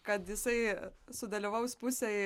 kad jisai sudalyvaus pusėj